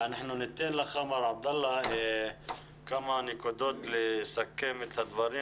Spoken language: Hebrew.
אנחנו ניתן לך מר עבדאללה חטיב לסכם בכמה נקודות